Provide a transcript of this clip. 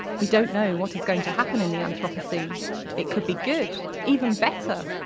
we don't know what is going to happen in the anthropocene it could be good, even better,